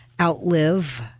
outlive